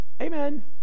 amen